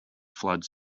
flood